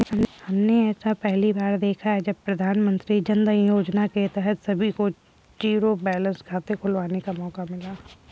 हमने ऐसा पहली बार देखा है जब प्रधानमन्त्री जनधन योजना के तहत सभी को जीरो बैलेंस खाते खुलवाने का मौका मिला